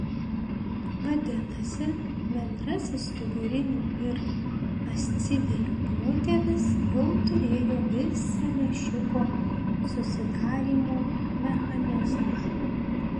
vadinasi bendrasis stuburinių ir ascidijų protėvis jau turėjo visą lęšiuko susidarymo mechanizmą